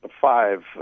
five